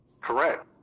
Correct